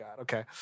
okay